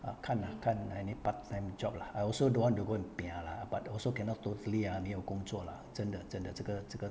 ah 看 lah 看 any part time job lah I also don't want to go and piah lah but also cannot totally ah 没有工作 lah 真的真的这个这个